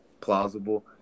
plausible